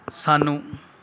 ਸਾਨੂੰ